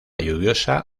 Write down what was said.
lluviosa